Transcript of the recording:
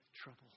trouble